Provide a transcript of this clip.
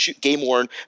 game-worn